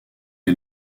est